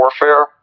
warfare